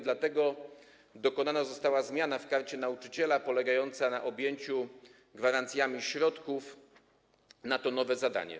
Dlatego dokonana została zmiana w Karcie Nauczyciela polegają na objęciu gwarancjami środków na to nowe zadanie.